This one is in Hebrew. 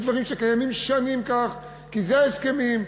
יש דברים שקיימים כך שנים כי אלה ההסכמים.